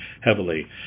heavily